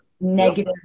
negative